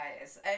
guys